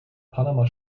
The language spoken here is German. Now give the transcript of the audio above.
panama